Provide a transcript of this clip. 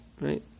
right